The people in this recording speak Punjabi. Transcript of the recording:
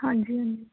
ਹਾਂਜੀ ਹਾਂਜੀ